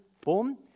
boom